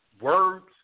words